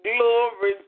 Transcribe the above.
Glory